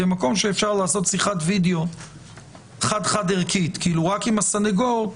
במקום שאפשר לעשות שיחת וידיאו חד חד ערכית רק עם הסנגור,